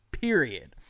period